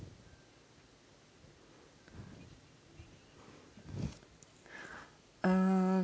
uh